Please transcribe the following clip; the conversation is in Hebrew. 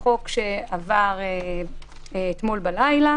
לחוק שעבר אתמול בלילה,